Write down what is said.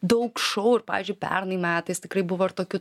daug šou ir pavyzdžiui pernai metais tikrai buvo ir tokių